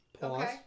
Pause